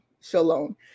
shalom